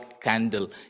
candle